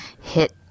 hit